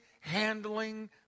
handling